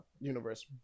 universe